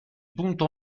punto